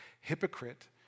Hypocrite